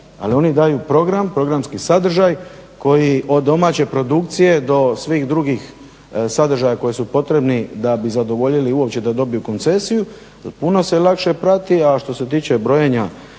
ali oni daju program, programski sadržaj koji od domaće produkcije do svih drugih sadržaja koji su potrebni da bi zadovoljili uopće da dobiju koncesiju puno se lakše prati a što se tiče brojenja